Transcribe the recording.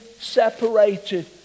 separated